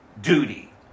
duty